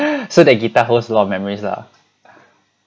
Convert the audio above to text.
and so that guitar holds a lot of memories ah